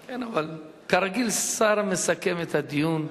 כן, אבל כרגיל שר מסכם את הדיון.